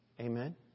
Amen